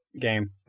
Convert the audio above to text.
game